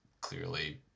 clearly